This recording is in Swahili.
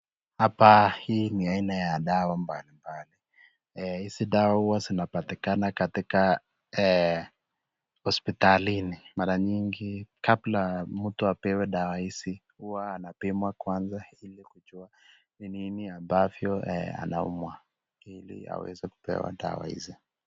Hapa hii ni dawa aina mbali mbali hizi dawa huwa zinapatikana katika hospitalini. Mara nyingi kabla ya mtu apewa dawa hizi huwa anapimwa kwanza ili kujua ni nini ambavyo anaumwa ili aweze kupewa dawa hizi.